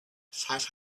five